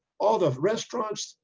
all the restaurants,